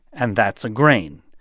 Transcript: and that's a grain.